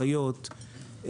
אחיות,